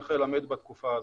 איך ללמד בתקופה הזו.